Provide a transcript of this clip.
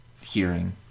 hearing